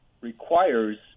requires